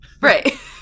right